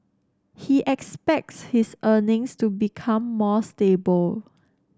he expects his earnings to become more stable